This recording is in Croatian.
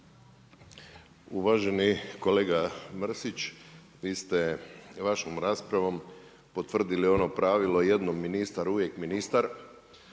Uvaženi kolega Mrsić, vi ste vašom raspravom potvrdili ono pravilo „Jednom ministar, uvijek ministar“,